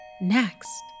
Next